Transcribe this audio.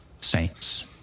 saints